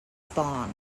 spawn